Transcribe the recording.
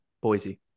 Boise